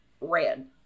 red